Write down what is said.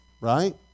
Right